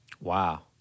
Wow